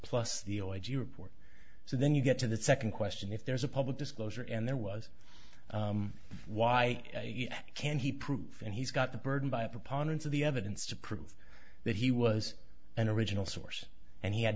plus the report so then you get to the second question if there is a public disclosure and there was why can he prove and he's got the burden by a preponderance of the evidence to prove that he was an original source and he had